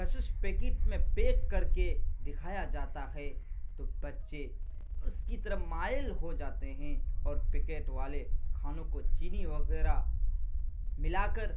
کشش پیکٹ میں پیک کر کے دکھایا جاتا ہے تو بچے اس کی طرف مائل ہو جاتے ہیں اور پکیٹ والے کھانوں کو چینی وغیرہ ملا کر